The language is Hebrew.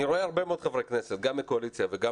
אני רואה הרבה מאוד חברי כנסת גם בקואליציה וגם